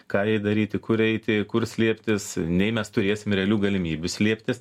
ką jai daryti kur eiti kur slėptis nei mes turėsim realių galimybių slėptis